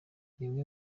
imwe